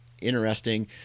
interesting